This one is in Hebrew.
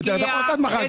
אתה יכול כך לעשות עד מחר,